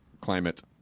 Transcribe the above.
climate